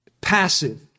Passive